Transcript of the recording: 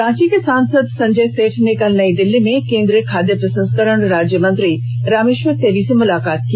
रांची सांसद संजय सेठ ने कल नयी दिल्ली में केंद्रीय खाद्य प्रसंस्करण राज्य मंत्री रामेश्वर तेली से मुलाकात की